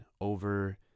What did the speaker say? over